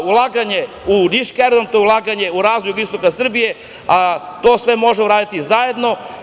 Ulaganje u niški aerodrom je ulaganje u razvoj jugoistoka Srbije, a to sve možemo uraditi zajedno.